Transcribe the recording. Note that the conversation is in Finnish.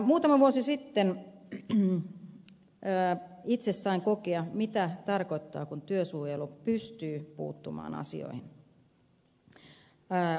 muutama vuosi sitten itse sain kokea mitä tarkoittaa kun työsuojelu pystyy puuttumaan asioihin